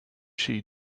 she